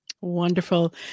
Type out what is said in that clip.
Wonderful